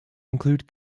include